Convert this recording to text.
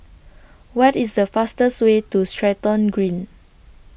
What IS The fastest Way to Stratton Green